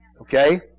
Okay